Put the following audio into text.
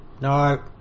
No